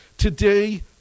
Today